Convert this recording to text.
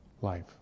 life